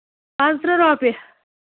پانٛژھ تٕرٛہ رۄپیہِ